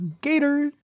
gator